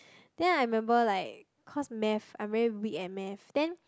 then I remember like cause math I'm very weak at math then